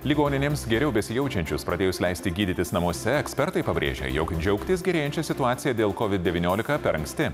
ligoninėms geriau besijaučiančius pradėjus leisti gydytis namuose ekspertai pabrėžia jog džiaugtis gerėjančia situacija dėl covid devyniolika per anksti